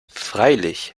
freilich